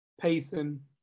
Payson